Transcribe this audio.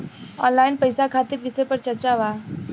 Online पैसा खातिर विषय पर चर्चा वा?